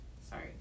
Sorry